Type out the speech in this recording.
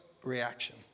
Reaction